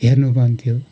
हेर्नुपर्ने थियो